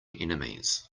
enemies